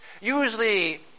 Usually